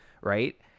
right